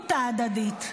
הערבות ההדדית.